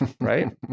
Right